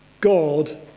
God